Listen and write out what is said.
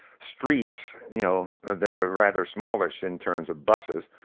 streets, you know they're they're rather smallish in terms of buses,